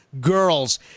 Girls